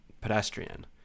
pedestrian